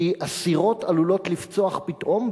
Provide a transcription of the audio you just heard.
כי אסירות עלולות לפצוח פתאום,